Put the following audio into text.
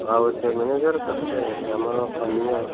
ଆଉ ସେ ମ୍ୟାନେଜର୍ କହିଲେ ଆମର ପାନୀୟ